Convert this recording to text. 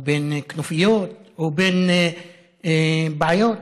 או בין כנופיות, או בין בעיות.